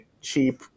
cheap